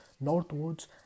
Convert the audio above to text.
northwards